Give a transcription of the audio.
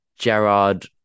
Gerard